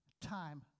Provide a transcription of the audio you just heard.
time